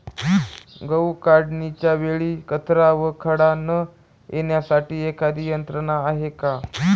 गहू काढणीच्या वेळी कचरा व खडा न येण्यासाठी एखादी यंत्रणा आहे का?